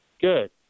Good